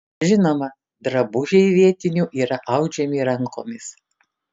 žinoma drabužiai vietinių yra audžiami rankomis